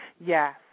Yes